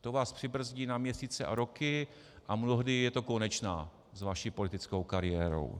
To vás přibrzdí na měsíce a roky a mnohdy je to konečná s vaší politickou kariérou.